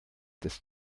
des